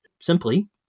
simply